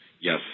yes